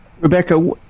Rebecca